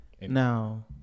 Now